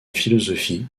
philosophie